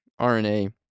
RNA